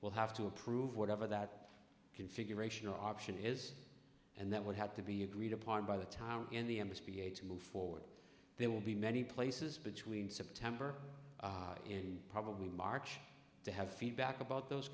will have to approve whatever that configuration option is and that would have to be agreed upon by the time in the embers b a to move forward there will be many places between september in probably march to have feedback about those